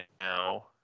now